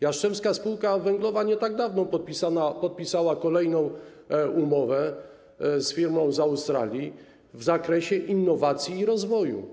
Jastrzębska Spółka Węglowa nie tak dawno podpisała kolejną umowę z firmą z Australii w zakresie innowacji i rozwoju.